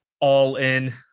all-in